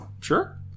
sure